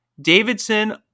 Davidson